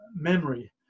memory